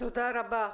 תודה רבה.